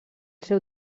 seu